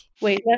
Wait